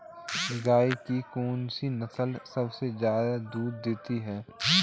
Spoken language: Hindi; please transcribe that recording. गाय की कौनसी नस्ल सबसे ज्यादा दूध देती है?